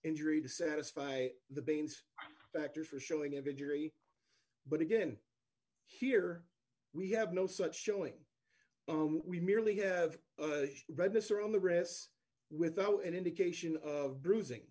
injury to satisfy the bains factor for showing of injury but again here we have no such showing we merely have read this or on the rest without an indication of bruising